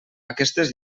aquestes